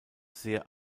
sehr